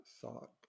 thought